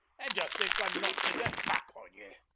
and ye think i'm not to get back on ye.